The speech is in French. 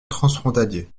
transfrontalier